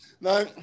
no